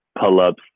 pull-ups